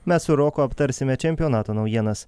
mes su roku aptarsime čempionato naujienas